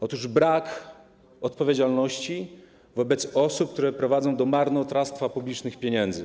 Jest to brak odpowiedzialności osób, które prowadzą do marnotrawstwa publicznych pieniędzy.